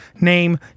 name